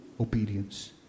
obedience